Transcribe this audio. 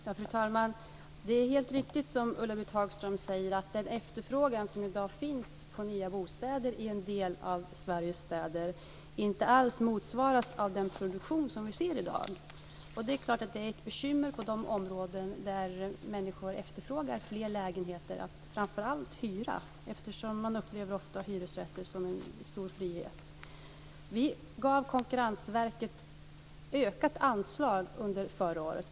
Fru talman! Det är helt riktigt, som Ulla-Britt Hagström säger, att den efterfrågan på nya bostäder som i dag finns i en del av Sveriges städer inte alls motsvaras av den produktion som vi i dag ser. Det är klart att det är ett bekymmer inom de områden där människor efterfrågar fler lägenheter, framför allt att hyra. Man upplever ofta hyresrätter som en stor frihet. Vi har under förra året gett Konkurrensverket ökat anslag.